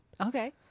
Okay